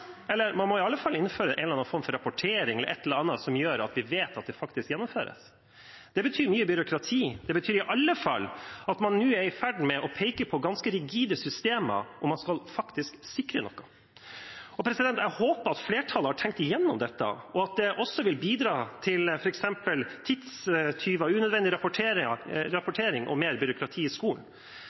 eller man må iallfall innføre en eller annen form for rapportering eller et eller annet som gjør at vi vet at det faktisk gjennomføres. Det betyr mye byråkrati, det betyr iallfall at man nå er i ferd med å peke på ganske rigide systemer, og man skal faktisk sikre noe. Jeg håper at flertallet har tenkt gjennom dette og at det også vil bidra til f.eks. tidstyver, unødvendig rapportering og mer byråkrati i skolen.